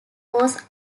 was